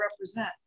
represent